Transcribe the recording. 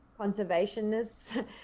conservationists